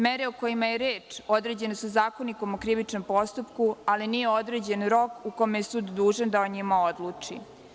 Mere o kojima je reč određene su Zakonikom o krivičnom postupku, ali nije određen rok u kome je sud dužan da o njima odluči.